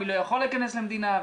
מי לא יכול להיכנס למדינה.